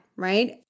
Right